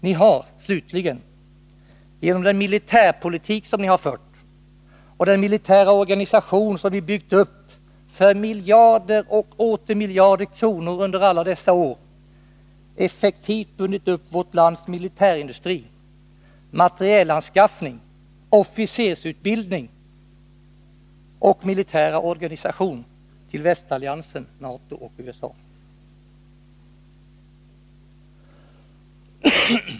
Ni har, slutligen, genom den militärpolitik som ni fört och den militära organisation som ni byggt upp för miljarder och åter miljarder under alla dessa år, effektivt bundit upp vårt lands militärindustri, materielanskaffning, officersutbildning och militära organisation till västalliansen NATO och till USA.